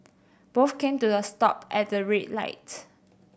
both came to the stop at the red light